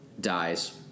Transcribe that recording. dies